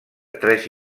tres